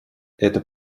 это